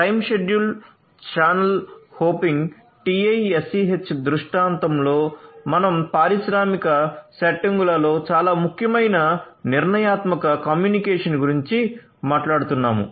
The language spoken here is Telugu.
time schedule channel hopping TiSCH దృష్టాంతంలో మనం పారిశ్రామిక సెట్టింగులలో చాలా ముఖ్యమైన నిర్ణయాత్మక కమ్యూనికేషన్ గురించి మాట్లాడుతున్నాము